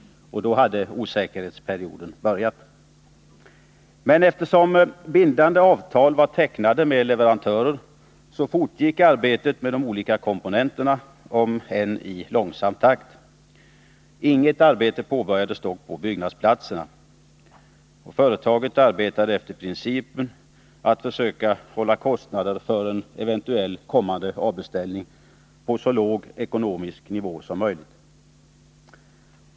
Då hade osäkerhetsperioden börjat. Men eftersom bindande avtal var tecknade med leverantörer fortgick arbetet med de olika komponenterna, om än i långsam takt. Inget arbete påbörjades dock på byggnadsplatsen. Företaget arbetade efter principen att försöka hålla kostnaderna på så låg ekonomisk nivå som möjligt med tanke på en eventuell kommande avbeställning.